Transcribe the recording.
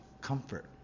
comfort